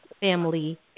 family